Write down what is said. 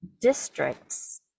districts